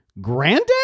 granddad